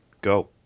go